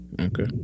Okay